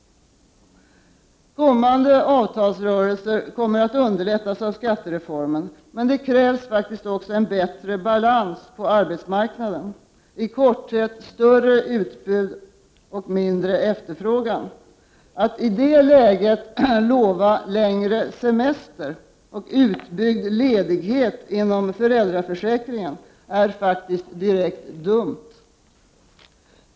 Kommande avtalsrörelser kommer att underlättas av skattereformen, men det krävs faktiskt också en bättre balans på arbetsmarknaden — i korthet större utbud och mindre efterfrågan. Att i det läget lova längre semester och utbyggd ledighet inom föräldraförsäkringen är faktiskt direkt dumt.